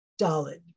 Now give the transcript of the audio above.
Dalid